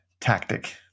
tactic